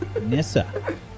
Nissa